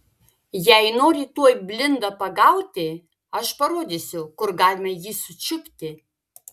jei nori tuoj blindą pagauti aš parodysiu kur galima jį sučiupti